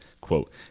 quote